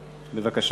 בבקשה.